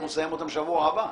אנחנו נסיים אותן בשבוע הבא.